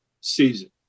season